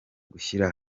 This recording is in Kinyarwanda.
gushyira